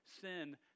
sin